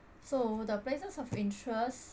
so the places of interest